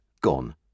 gone